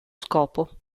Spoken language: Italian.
scopo